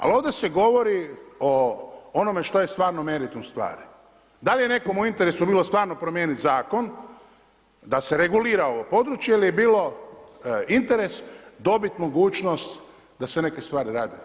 Ali ovdje se govori o onome što je stvarno meritum stvari, dal je nekom u interesu bilo stvarno promijenit zakon da se regulira ovo područje ili je bilo interes dobit mogućnost da se neke stvari rade?